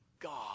God